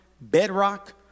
bedrock